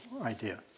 idea